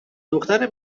دختری